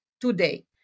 today